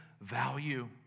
value